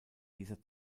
dieser